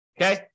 Okay